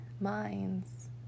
minds